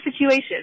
situation